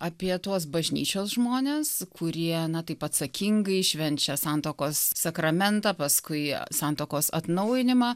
apie tuos bažnyčios žmones kurie taip atsakingai švenčia santuokos sakramentą paskui santuokos atnaujinimą